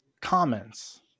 comments